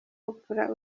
oprah